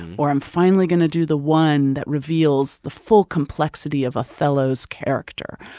or i'm finally going to do the one that reveals the full complexity of othello's character.